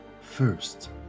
First